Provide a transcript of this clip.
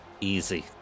easy